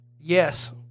Yes